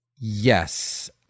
Yes